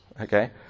okay